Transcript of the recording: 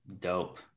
Dope